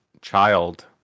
child